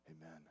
Amen